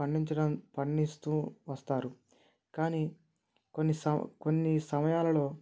పండించడం పండిస్తూ వస్తారు కానీ కొన్ని సమ కొన్ని సమయాలలో